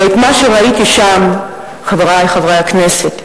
ואת מה שראיתי שם, חברי חברי הכנסת,